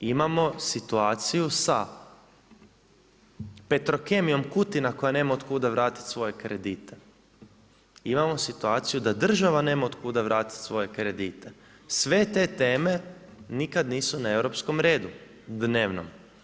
Imamo situaciju sa Petrokemijom Kutina koja nema od kuda vratiti kredite, imamo situaciju da država nema od kuda vratiti svoje kredite, sve te teme nikad nisu na europskom redu, dnevnom.